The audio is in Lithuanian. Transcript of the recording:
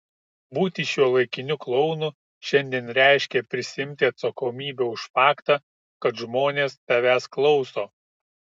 būti šiuolaikiniu klounu šiandien reiškia prisiimti atsakomybę už faktą kad žmonės tavęs klauso